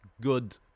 good